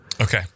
Okay